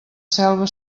selva